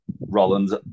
Rollins